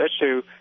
issue